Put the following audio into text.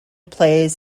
plays